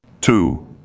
two